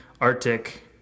Arctic